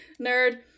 Nerd